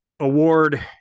Award